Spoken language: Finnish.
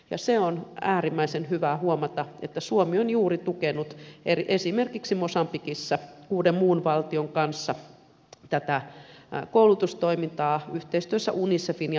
ja on äärimmäisen hyvä huomata että suomi on tukenut esimerkiksi mosambikissa kuuden muun valtion kanssa juuri tätä koulutustoimintaa yhteistyössä unicefin ja maailmanpankin kanssa